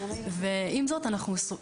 עם זאת כמובן,